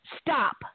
Stop